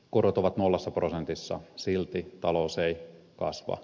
korot ovat nollassa prosentissa silti talous ei kasva